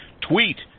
tweet